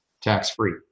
tax-free